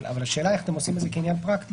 אבל השאלה איך אתם עושים את זה כעניין פרקטי.